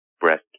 breast